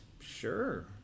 sure